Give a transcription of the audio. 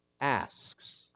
asks